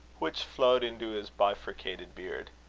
which flowed into his bifurcated beard.